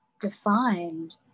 defined